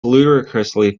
ludicrously